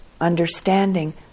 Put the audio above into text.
understanding